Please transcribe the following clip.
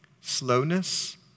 slowness